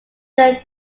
there